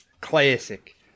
Classic